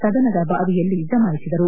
ಸದನದ ಬಾವಿಯಲ್ಲಿ ಜಮಾಯಿಸಿದರು